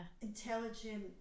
intelligent